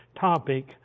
topic